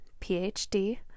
PhD